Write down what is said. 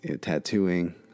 tattooing